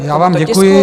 Já vám děkuji.